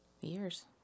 Years